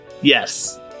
Yes